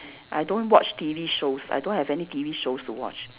I don't watch T_V shows I don't have any T_V shows to watch